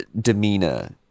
demeanor